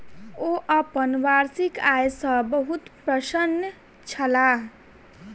ओ अपन वार्षिक आय सॅ बहुत प्रसन्न छलाह